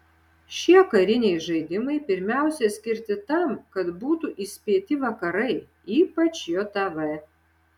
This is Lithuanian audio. šie kariniai žaidimai pirmiausia skirti tam kad būtų įspėti vakarai ypač jav